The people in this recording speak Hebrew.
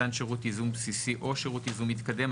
מתן שירות ייזום בסיסי או שירות ייזום מתקדם,